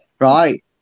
right